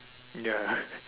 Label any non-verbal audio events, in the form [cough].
ya [laughs]